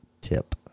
tip